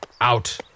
out